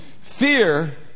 Fear